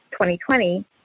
2020